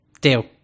Deal